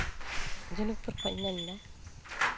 ᱡᱷᱤᱱᱩᱠᱯᱩᱨ ᱠᱷᱚᱡ ᱤᱧ ᱢᱮᱱᱫᱟ